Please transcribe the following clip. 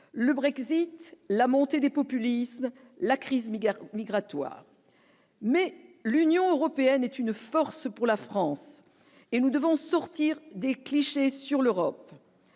le Brexit la montée des populismes la crise Meagher migratoire mais l'Union européenne est une force pour la France et nous devons sortir des clichés sur l'Europe,